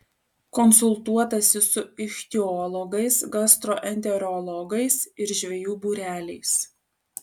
konsultuotasi su ichtiologais gastroenterologais ir žvejų būreliais